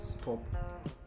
stop